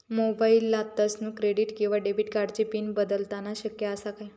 मोबाईलातसून क्रेडिट किवा डेबिट कार्डची पिन बदलना शक्य आसा काय?